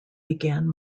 began